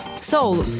Soul